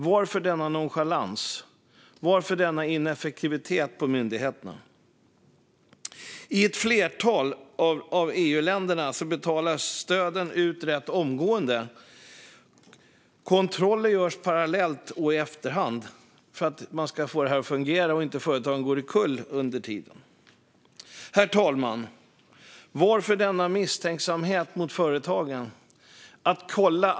Varför denna nonchalans? Varför denna ineffektivitet på myndigheterna? I ett flertal av EU-länderna betalas stöden ut rätt omgående. Kontroller görs parallellt och i efterhand för att man ska få detta att fungera och för att företagen inte ska gå omkull under tiden. Herr talman! Varför denna misstänksamhet mot företagen?